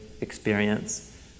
experience